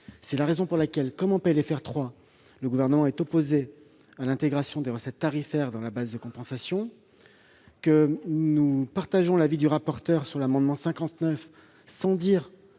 C'est la raison pour laquelle, comme en PLFR 3, le Gouvernement est opposé à l'intégration des recettes tarifaires dans la base de compensation. Nous partageons l'avis du rapporteur général sur l'amendement n° 59. Sans dire